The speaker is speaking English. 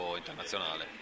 internazionale